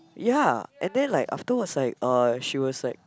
ya and then like afterwards like uh she was like